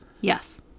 yes